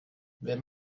wenn